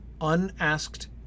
unasked